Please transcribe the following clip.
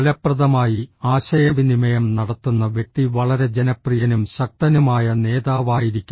ഫലപ്രദമായി ശയവിനിമയം നടത്തുന്ന വ്യക്തി വളരെ ജനപ്രിയനും ശക്തനുമായ നേതാവായിരിക്കും